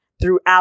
throughout